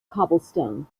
cobblestone